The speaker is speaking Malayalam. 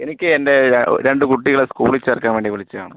എനിക്ക് എൻ്റെ രണ്ട് കുട്ടികളെ സ്കൂളിൽ ചേർക്കാൻ വേണ്ടി വിളിച്ചതാണ്